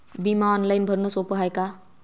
बिमा ऑनलाईन भरनं सोप हाय का?